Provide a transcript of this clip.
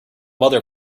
mother